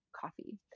coffee